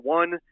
one